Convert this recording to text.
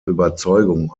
überzeugung